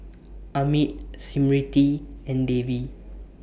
Amit Smriti and Devi